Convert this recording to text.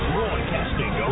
Broadcasting